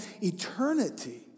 eternity